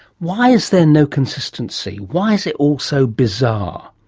why is there no consistency? why is it all so bizarre?